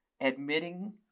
admitting